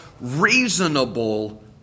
reasonable